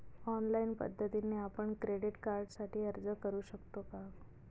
Online पद्धतीने आपण credit कार्डसाठी अर्ज करु शकतो का?